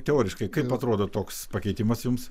teoriškai kaip atrodo toks pakeitimas jums